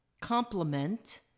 complement